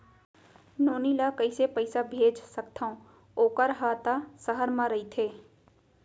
नोनी ल कइसे पइसा भेज सकथव वोकर हा त सहर म रइथे?